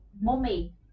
mummy